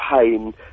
pain